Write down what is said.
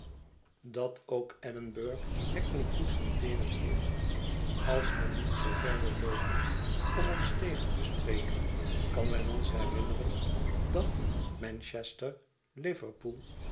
inde hackney koets burg hackney koetsen veren heeft als men niet zoo ver wil loopen om ons tegen te spreken kan men ons herinneren dat manchester liverpool